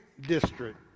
district